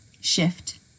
shift